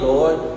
Lord